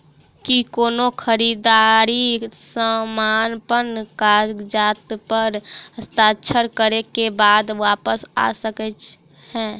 की कोनो खरीददारी समापन कागजात प हस्ताक्षर करे केँ बाद वापस आ सकै है?